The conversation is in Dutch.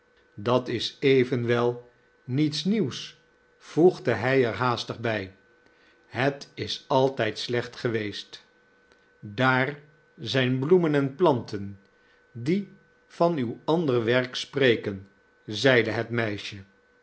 dat is evenwel niets nieuws voegde hij er haastig bij het is alt'yd slecht geweest daar zijn bloemen en planten die van uw ander werk spreken zeide het meisje